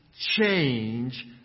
change